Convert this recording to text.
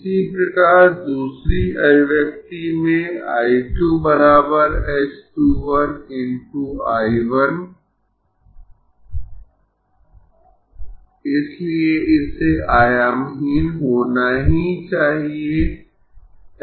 इसी प्रकार दूसरी अभिव्यक्ति में I 2 h 2 1 × I 1 इसलिए इसे आयामहीन होना ही चाहिए h 2 1